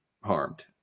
harmed